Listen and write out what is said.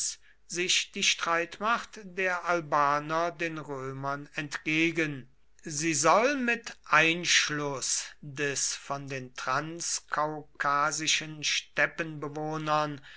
sich die streitmacht der albaner den römern entgegen sie soll mit einschluß des von den